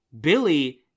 billy